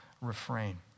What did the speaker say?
refrain